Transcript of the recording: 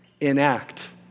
enact